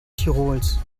tirols